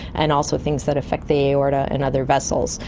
and also things that affect the aorta and other vessels.